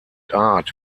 art